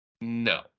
No